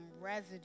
residue